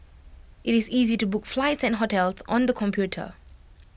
IT is easy to book flights and hotels on the computer